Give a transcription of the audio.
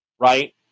right